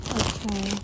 okay